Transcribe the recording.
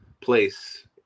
place